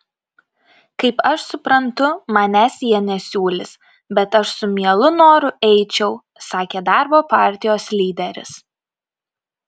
kaip aš suprantu manęs jie nesiūlys bet aš su mielu noru eičiau sakė darbo partijos lyderis